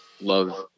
love